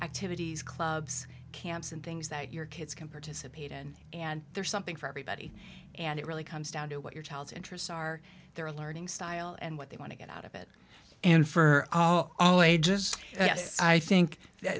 activities clubs camps and things that your kids can participate in and there's something for everybody and it really comes down to what your child's interests are their learning style and what they want to get out of it and for all ages i think th